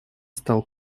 стал